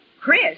Chris